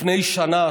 לפני שנה,